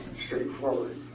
straightforward